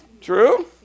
True